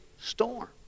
storm